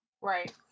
Right